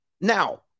Now